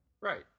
Right